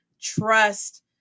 trust